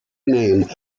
name